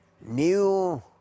new